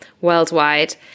worldwide